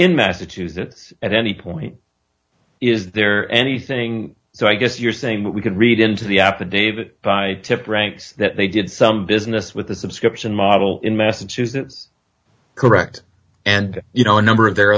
in massachusetts at any point is there anything so i guess you're saying we can read into the app of david by tip ranks that they did some business with the subscription model in massachusetts correct and you know a number of their